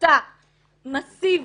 השחתה מסיבית,